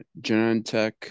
Genentech